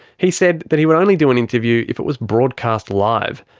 he said that he would only do an interview if it was broadcast live,